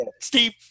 Steve